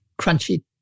crunchy